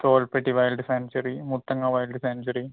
Tholpetty wild sanctuary Muthanga wild sanctuary